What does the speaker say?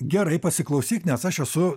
gerai pasiklausyk nes aš esu